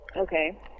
Okay